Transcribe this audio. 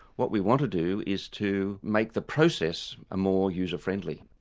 what we want to do is to make the process more user-friendly.